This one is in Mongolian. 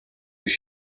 гэж